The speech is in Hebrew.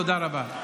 תודה רבה.